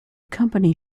company